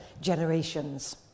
generations